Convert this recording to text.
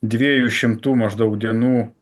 dviejų šimtų maždaug dienų